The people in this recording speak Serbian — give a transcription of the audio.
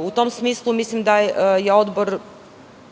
U tom smislu mislim da je Odbor